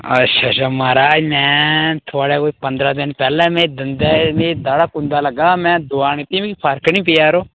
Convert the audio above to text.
अच्छा अच्छा महाराज में थुआढ़े कोल पंदरां दिन पैह्ले में दंदे में दाड़ै कुंदा लग्गा दा में दोआ दित्ती मी फर्क नी पेआ यरो